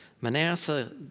Manasseh